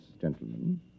gentlemen